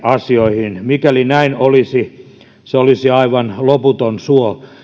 asioihin mikäli näin olisi se olisi aivan loputon suo